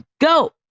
go